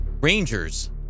Rangers